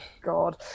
God